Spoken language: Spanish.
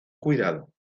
cuidado